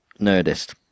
Nerdist